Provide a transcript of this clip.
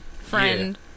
friend